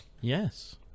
yes